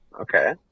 Okay